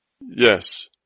Yes